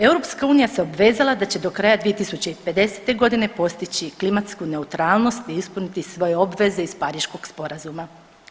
EU se obvezala da će do kraja 2050. godine postići klimatsku neutralnost i ispuniti svoje obveze iz Pariškog sporazuma.